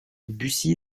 bucy